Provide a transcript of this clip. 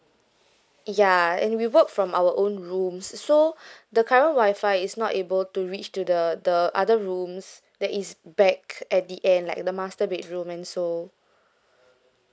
ya and we work from our own rooms so the current wi-fi is not able to reach to the the other rooms there is back at the end like the master bedroom and so